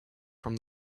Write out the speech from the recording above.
from